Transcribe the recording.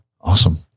Awesome